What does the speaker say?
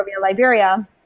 Liberia